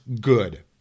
Good